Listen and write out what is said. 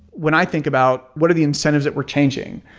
when i think about what are the incentives that we're changing?